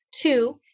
Two